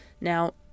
Now